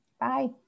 Bye